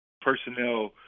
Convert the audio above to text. personnel